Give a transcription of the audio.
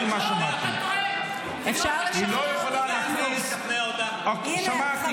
היא לא יכולה להכריז --- הינה,